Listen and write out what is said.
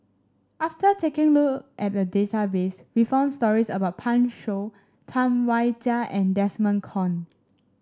after taking a look at the database we found stories about Pan Shou Tam Wai Jia and Desmond Kon